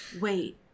wait